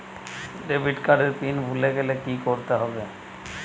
Debit card এর PIN ভুলে গেলে কি করতে হবে?